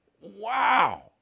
Wow